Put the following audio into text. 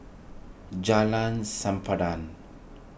Jalan Sempadan